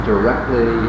directly